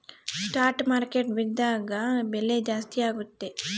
stock market ಬಿದ್ದಾಗ ಬೆಲೆ ಜಾಸ್ತಿ ಆಗುತ್ತೆ